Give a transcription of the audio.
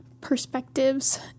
perspectives